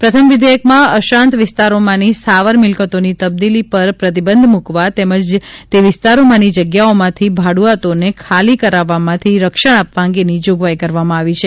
પ્રથમ વિદેયકમાં અશાંત વિસ્તારોમાંની સ્થાવર મિલકતોની તબદીલી પર પ્રતિબંધ મુકવા તેમજ તે વિસ્તારોમાંની જગ્યાઓમાંથી ભાડુતોને ખાલી કરાવવામાંથી રક્ષણ આપવા અંગેની જોગવાઇ કરવામાં આવી છે